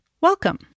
Welcome